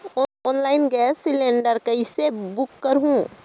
Online gas cylinder कइसे book करहु?